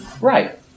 right